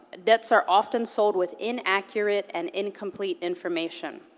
debts are often sold with inaccurate and incomplete information.